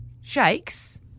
shakes